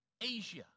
Asia